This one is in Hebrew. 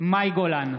מאי גולן,